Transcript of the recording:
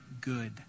good